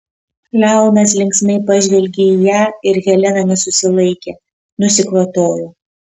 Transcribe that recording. leonas linksmai pažvelgė į ją ir helena nesusilaikė nusikvatojo